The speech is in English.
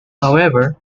however